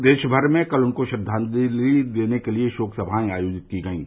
प्रदेश भर में कल उनको श्रद्वांजलि देने के लिए शोक सभाएं आयोजित की गयीं